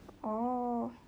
oh